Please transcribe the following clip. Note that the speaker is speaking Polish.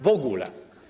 W ogóle.